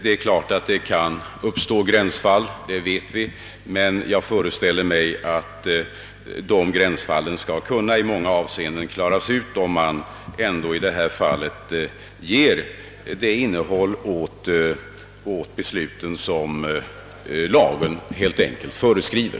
Vi vet att gränsfall kan uppstå. Jag föreställer mig att dessa gränsfall skall kunna lösas om man ger besluten det innehåll som lagen föreskriver.